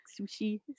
sushi